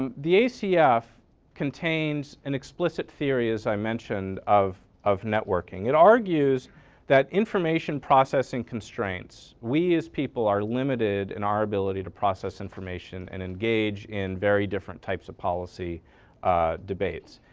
um the acf contains an explicit theory, as i mentioned, of of networking it argues that information processing constraints, we as people are limited in our ability to process information and engage in very different types of policy debates.